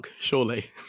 surely